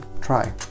Try